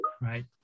right